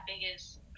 biggest